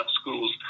schools